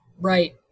Right